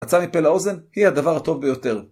עיצה מפה לאוזן היא הדבר הטוב ביותר.